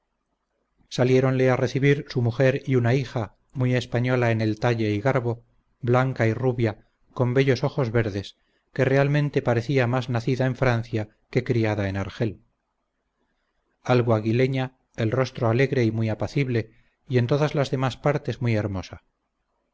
oídos salieronle a recibir su mujer y una hija muy española en el talle y garbo blanca y rubia con bellos ojos verdes que realmente parecía más nacida en francia que criada en argel algo aguileña el rostro alegre y muy apacible y en todas las demás partes muy hermosa